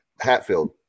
Hatfield